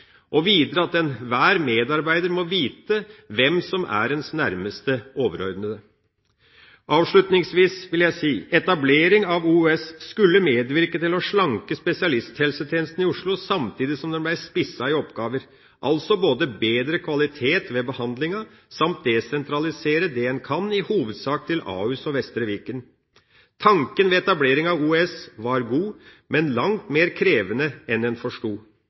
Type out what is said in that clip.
og videre at enhver medarbeider må vite hvem som er ens nærmeste overordnede. Avslutningsvis vil jeg si: Etablering av OUS skulle medvirke til å slanke spesialisthelsetjenesten i Oslo, samtidig som den ble spisset i oppgaver – altså både bedre kvalitet på behandlinga og å desentralisere det en kan, i hovedsak til Ahus og Vestre Viken. Tanken med etablering av OUS var god, men langt mer krevende enn en forsto.